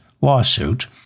lawsuit